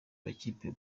makipe